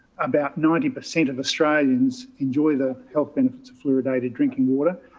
about ninety percent of australians enjoy the health benefits of fluoridated drinking water,